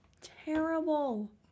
Terrible